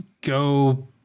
go